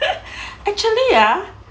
actually ah